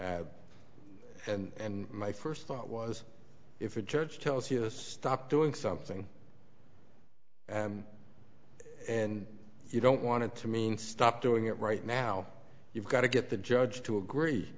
and my first thought was if a judge tells you to stop doing something and you don't want it to mean stop doing it right now you've got to get the judge to agree